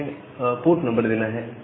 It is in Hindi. हमें इसे पोर्ट देना है